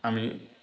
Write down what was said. আমি